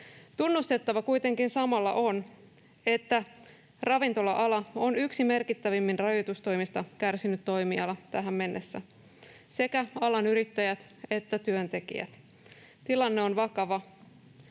tunnustettava, että ravintola-ala on yksi merkittävimmin rajoitustoimista kärsinyt toimiala tähän mennessä — sekä alan yrittäjät että työntekijät. Tilanne on vakava,